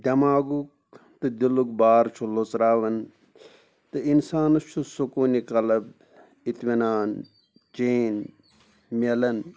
دٮ۪ماغُک تہٕ دِلُک بار چھُ لوٚژراوان تہٕ اِنسانَس چھُ سکوٗنہِ قَلَب اطمینان چین میلان